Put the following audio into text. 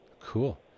Cool